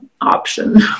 option